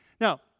Now